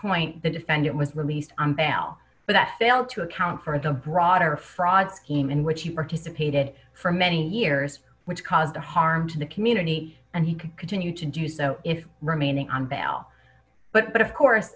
point the defendant was released on bail but that failed to account for the broader fraud scheme in which he participated for many years which caused harm to the community and he can continue to do so if remaining on bail but of course